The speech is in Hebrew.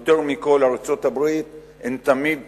יותר מכול, ארצות-הברית, תמיד תהיינה,